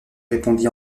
répondit